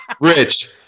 Rich